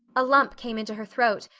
a lump came into her throat,